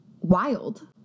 wild